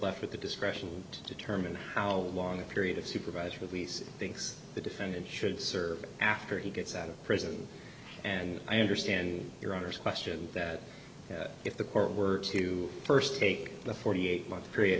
left with the discretion to determine how long a period of supervised release thinks the defendant should serve after he gets out of prison and i understand your honour's question that if the court were to st take the forty eight month period